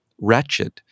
wretched